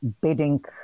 bidding